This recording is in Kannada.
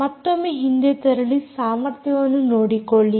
ಮತ್ತೊಮ್ಮೆ ಹಿಂದೆ ತೆರಳಿ ಸಾಮರ್ಥ್ಯವನ್ನು ನೋಡಿಕೊಳ್ಳಿ